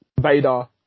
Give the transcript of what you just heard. Vader